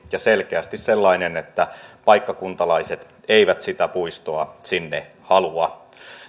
ja selkeästi sellainen että paikkakuntalaiset eivät sitä puistoa sinne halua